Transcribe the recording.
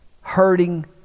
hurting